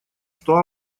что